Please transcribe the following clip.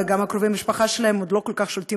וגם קרובי המשפחה שלהם עוד לא כל כך שולטים